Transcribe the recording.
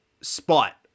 spot